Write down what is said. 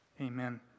Amen